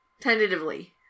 Tentatively